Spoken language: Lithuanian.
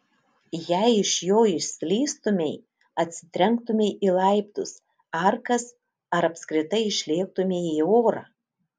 jei iš jo išslystumei atsitrenktumei į laiptus arkas ar apskritai išlėktumei į orą